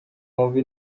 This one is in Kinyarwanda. wumve